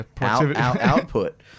output